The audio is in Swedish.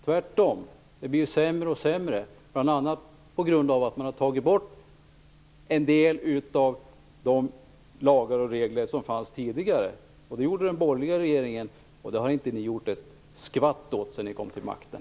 Tvärtom blir det bara sämre och sämre, bl.a. på grund av att en del av de lagar och regler som tidigare fanns nu är borttagna. Det var den borgerliga regeringen som tog bort dem, och ni har inte gjort ett skvatt åt det sedan ni kom till makten.